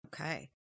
Okay